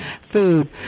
Food